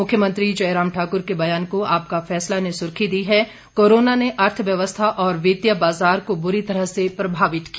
मुख्यमंत्री जयराम ठाकुर के बयान को आपका फैसला ने सुर्खी दी है कोरोना ने अर्थव्यवस्था और वित्तीय बाजार को बुरी तरह से प्रभावित किया